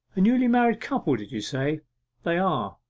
a new-married couple, did you say they are,